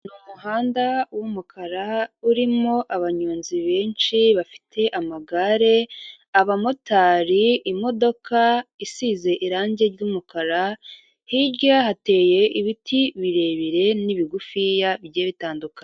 Umuhanda w'umukara urimo abanyonzi benshi, bafite amagare abamotari, imodoka isize irangi ry'umukara hirya hateye ibiti birebire n'ibigufiya bigiye bitandukanye.